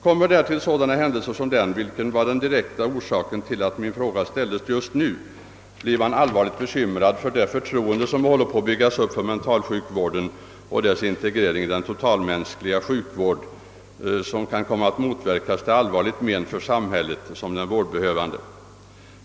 Kommer därtill sådana händelser som den, som var den direkta anledningen att min fråga ställdes just nu, blir man allvarligt bekymrad för att det förtroende som håller på att byggas upp för mentalsjukvården och dess integrering i en totalmänsklig sjukvård kan komma att notverkas till allvarligt men för såväl samhället som den vårdbehövande.